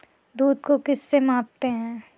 दूध को किस से मापते हैं?